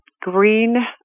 green